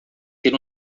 ter